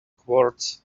quartz